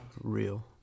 real